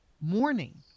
morning